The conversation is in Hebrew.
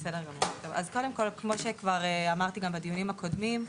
כמו שכבר אמרתי גם בדיונים הקודמים,